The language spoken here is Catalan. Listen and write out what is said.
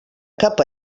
cap